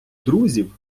друзів